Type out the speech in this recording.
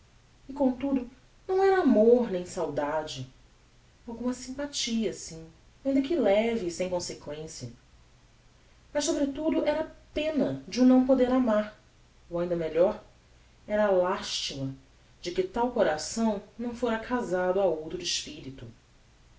e comtudo não era amor nem saudade alguma sympathia sim ainda que leve e sem consequencia mas sobretudo era pena de o não poder amar ou ainda melhor era lastima de que tal coração não fora casado a outro espirito